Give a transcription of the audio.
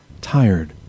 tired